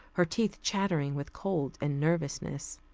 her teeth chattering with cold and nervousness.